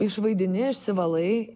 išvaidini išsivalai